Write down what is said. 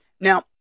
Now